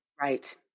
Right